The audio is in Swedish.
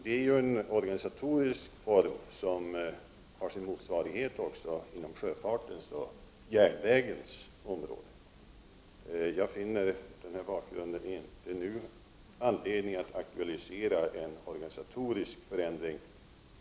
Det är en organisatorisk form som har sin motsvarighet inom sjöfartens och järnvägens områden. Jag finner, mot den här bakgrunden, inte nu anledning att aktualisera en organisatorisk förändring.